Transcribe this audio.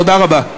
תודה רבה.